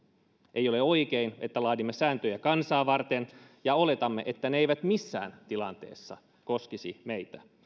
ei ole oikein että laadimme sääntöjä kansaa varten ja oletamme että ne eivät missään tilanteessa koskisi meitä